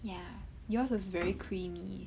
ya yours was very creamy